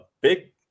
Big